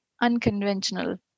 unconventional